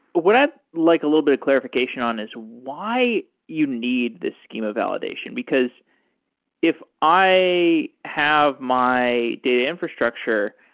what i'd like a little bit of clarification on is why you need the schema validation? because if i have my data infrastructure,